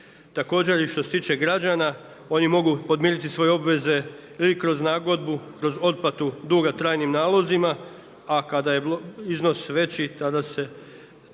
također i što se tiče građana oni mogu podmiriti svoje obveze ili kroz nagodbu, kroz otplatu duga trajnim nalozima, a kada je iznos veći tad se